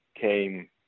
came